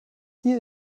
hier